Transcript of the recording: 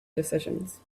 decisions